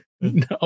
No